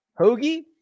Hoagie